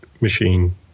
machine